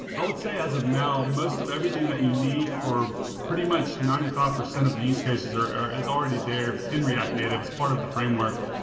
i would say as of now, most of everything that you need for pretty much ninety five percent of use cases is already there in react native. it's part of the framework.